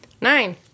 Nine